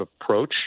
approach